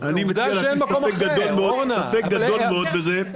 אני מטיל ספק גדול מאוד בזה.